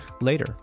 later